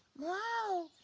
whoa,